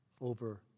over